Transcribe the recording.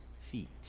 feet